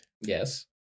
Yes